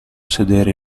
sedere